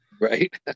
Right